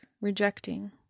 rejecting